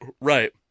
Right